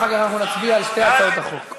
אחר כך אנחנו נצביע על שתי הצעות החוק.